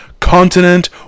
continent